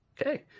Okay